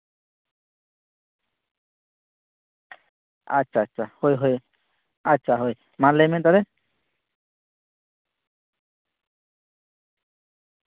ᱟᱪᱪᱷᱟ ᱟᱪᱪᱷᱟ ᱦᱳᱭ ᱦᱳᱭ ᱟᱪᱪᱷᱟ ᱦᱳᱭ ᱢᱟ ᱞᱟᱹᱭᱢᱮ ᱛᱟᱦᱞᱮ